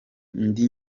ndi